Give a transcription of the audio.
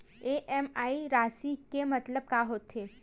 EMI राशि के मतलब का होथे?